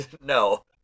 No